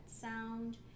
sound